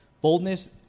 Boldness